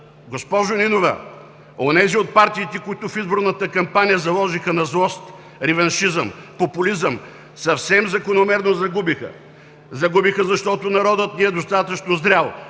Госпожо Нинова, онези от партиите, които в изборната кампания заложиха на злост, реваншизъм, популизъм, съвсем закономерно загубиха. Загубиха, защото народът ни е достатъчно зрял,